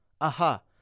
Aha